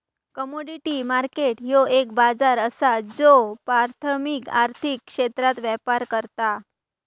commodity market ह्यो एक बाजार असा ज्यो प्राथमिक आर्थिक क्षेत्रात व्यापार करता